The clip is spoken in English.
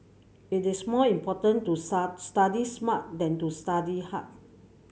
it is more important to study smart than to study hard